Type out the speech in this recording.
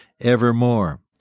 evermore